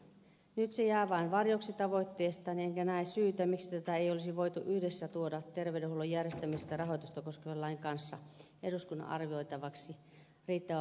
nyt se jää vain varjoksi tavoitteestaan enkä näe syytä miksi tätä ei olisi voitu yhdessä tuoda terveydenhuollon järjestämistä ja rahoitusta koskevan lain kanssa eduskunnan arvioitavaksi riittävän valmistelun jälkeen